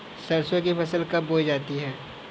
सरसों की फसल कब बोई जाती है?